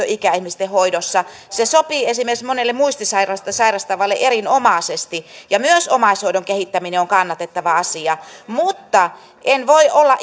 ikäihmisten hoidossa se sopii esimerkiksi monelle muistisairautta sairastavalle erinomaisesti myös omaishoidon kehittäminen on kannatettava asia mutta en voi olla